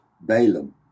Balaam